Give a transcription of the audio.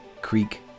Creek